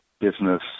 business